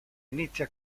inizia